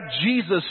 Jesus